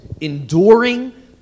enduring